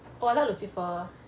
oh I like lucifer